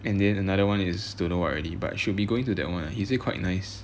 and then another one is don't know what already but should be going to that [one] lah he say quite nice